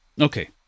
Okay